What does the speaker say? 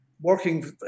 working